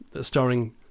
starring